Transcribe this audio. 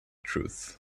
truth